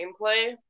gameplay